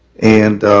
and